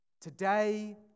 today